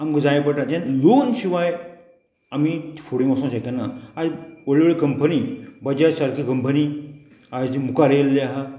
आमकां जाय पडटा तें लोन शिवाय आमी फुडें वोसोंक शकना आयज व्हडली व्हडली कंपनी बजाज सारकी कंपनी आयज मुखार येयल्ली आहा